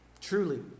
truly